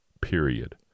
period